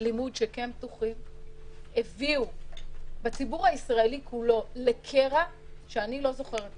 לימוד שכן פתוחים בציבור הישראלי כולו הביאו לקרע שאני לא זוכרת כמוהו.